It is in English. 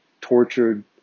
tortured